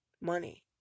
money